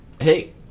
hey